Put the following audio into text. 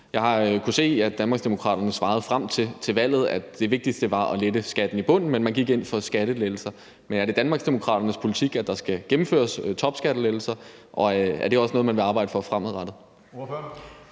Jeg har kunnet se, at Danmarksdemokraterne svarede frem til valget, at det vigtigste var at lette skatten i bunden, men man gik ind for skattelettelser. Men er det Danmarksdemokraternes politik, at der skal gennemføres topskattelettelser, og er det også noget, man vil arbejde for fremadrettet?